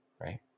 right